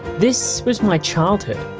this was my childhood,